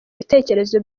ibitekerezo